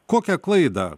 kokią klaidą